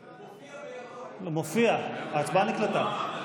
מופיע, ההצבעה נקלטה.